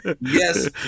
Yes